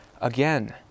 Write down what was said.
Again